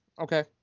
Okay